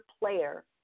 player